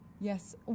Yes